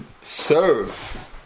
serve